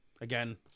Again